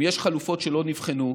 אם יש חלופות שלא נבחנו,